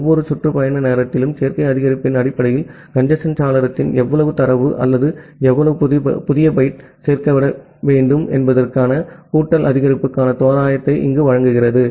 ஒவ்வொரு சுற்று பயண நேரத்திலும் சேர்க்கை அதிகரிப்பின் அடிப்படையில் கஞ்சேஸ்ன் சாளரத்தில் எவ்வளவு தரவு அல்லது எவ்வளவு புதிய பைட் சேர்க்கப்பட வேண்டும் என்பதற்கான கூட்டல் அதிகரிப்புக்கான தோராயத்தை இது வழங்குகிறது